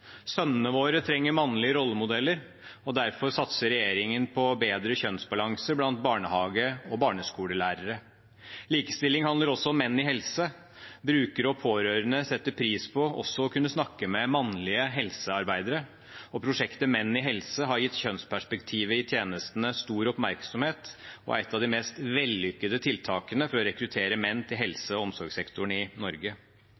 Sønnene våre trenger mannlige rollemodeller, og derfor satser regjeringen på bedre kjønnsbalanse blant barnehage- og barneskolelærere. Likestilling handler også om menn i helse. Brukere og pårørende setter pris på også å kunne snakke med mannlige helsearbeidere. Prosjektet Menn i helse har gitt kjønnsperspektivet i tjenestene stor oppmerksomhet og er et av de mest vellykkede tiltakene for å rekruttere menn til